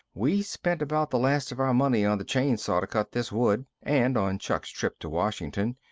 we spent about the last of our money on the chain saw to cut this wood and on chuck's trip to washington.